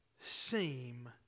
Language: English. seem